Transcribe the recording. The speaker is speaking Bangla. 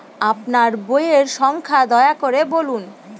আপনার বইয়ের সংখ্যা দয়া করে বলুন?